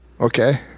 Okay